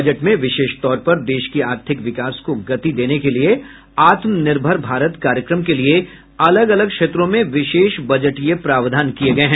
budget में विशेष तौर पर देश की आर्थिक विकास को गति देने के लिये आत्मनिर्भर भारत कार्यक्रम के लिये अलग अलग क्षेत्रों में विशेष बजटीय प्रावधान किये गये हैं